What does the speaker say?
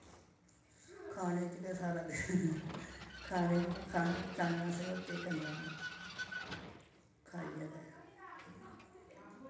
खाने च गै सारा खाने च गै खाना गै खाना असें होर केह् करना होंदा खाइयै ते